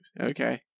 okay